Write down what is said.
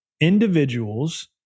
individuals